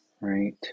right